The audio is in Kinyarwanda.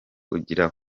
ugira